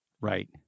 right